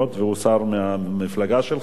והוא שר מהמפלגה שלך,